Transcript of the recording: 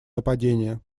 нападения